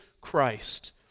Christ